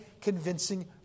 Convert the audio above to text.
convincing